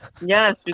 Yes